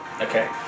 Okay